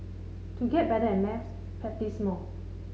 to get better at maths practise more